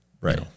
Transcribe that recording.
right